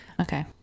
Okay